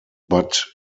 but